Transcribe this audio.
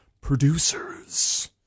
producers